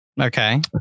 Okay